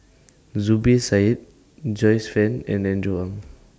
Zubir Said Joyce fan and Andrew Ang